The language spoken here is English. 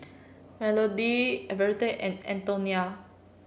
Melody Everette and Antonia